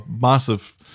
massive